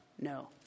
No